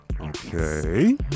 Okay